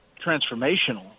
transformational